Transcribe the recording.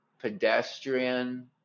pedestrian